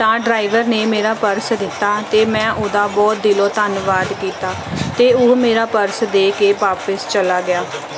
ਤਾਂ ਡਰਾਈਵਰ ਨੇ ਮੇਰਾ ਪਰਸ ਦਿੱਤਾ ਅਤੇ ਮੈਂ ਉਹਦਾ ਬਹੁਤ ਦਿਲੋਂ ਧੰਨਵਾਦ ਕੀਤਾ ਅਤੇ ਉਹ ਮੇਰਾ ਪਰਸ ਦੇ ਕੇ ਵਾਪਸ ਚਲਾ ਗਿਆ